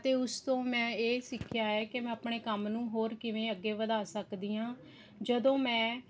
ਅਤੇ ਉਸ ਤੋਂ ਮੈਂ ਇਹ ਸਿੱਖਿਆ ਹੈ ਕਿ ਮੈਂ ਆਪਣੇ ਕੰਮ ਨੂੰ ਹੋਰ ਕਿਵੇਂ ਅੱਗੇ ਵਧਾ ਸਕਦੀ ਹਾਂ ਜਦੋਂ ਮੈਂ